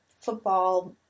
football